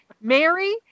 Mary